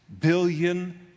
billion